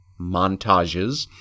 montages